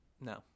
No